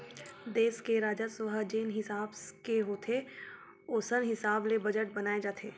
देस के राजस्व ह जेन हिसाब के होथे ओसने हिसाब ले बजट बनाए जाथे